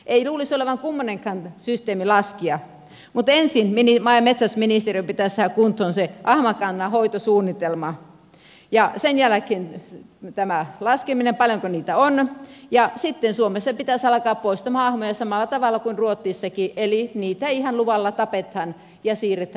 ei luulisi olevan kummoinenkaan systeemi laskea mutta ensin maa ja metsätalousministeriön pitäisi saada kuntoon se ahmakannan hoitosuunnitelma ja sen jälkeen tämä laskeminen paljonko niitä on ja sitten suomessa pitäisi alkaa poistamaan ahmoja samalla tavalla kuin ruotsissakin eli niitä ihan luvalla tapetaan ja siirretään muualle